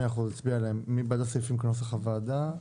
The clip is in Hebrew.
נצביע עליהם, מי בעד הסעיפים כנוסח הועדה?